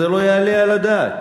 זה לא יעלה על הדעת.